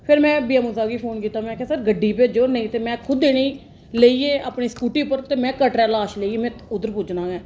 फेर में बीएमओ साह्ब गी फोन कीता में आखेआ सर गड्डी भेजो नेईं ते में खुद इ'नेंगी लेइयै अपनी स्कूटी पर ते में कटरै लाश लेइयै मैं उद्धर पुज्जना गै